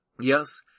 Yes